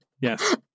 Yes